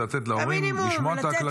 המינימום זה לתת להורים לשמוע את ההקלטות.